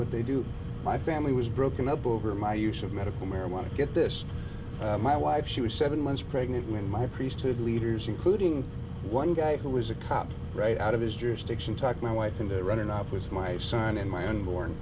what they do my family was broken up over my use of medical marijuana get this my wife she was seven months pregnant when my priesthood leaders including one guy who was a cop right out of his jurisdiction talked my wife in the running off with my son and my unborn